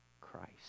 Christ